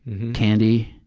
candy.